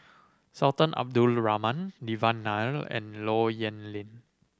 Sultan Abdul Rahman Devan Nair and Low Yen Ling